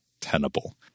tenable